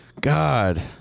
god